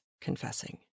confessing